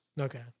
Okay